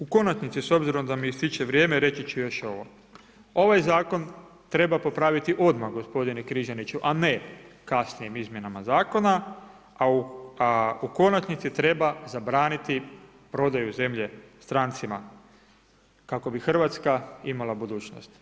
U konačnici s obzirom da mi ističe vrijeme, reći ću još ovo. ovaj zakon treba popraviti odmah gospodine Križaniću, a ne kasnijim izmjenama zakona a u konačnici treba zabraniti prodaju zemlje strancima kako bi Hrvatska imala budućnost.